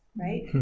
right